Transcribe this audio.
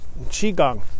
Qigong